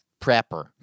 prepper